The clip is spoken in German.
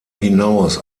hinaus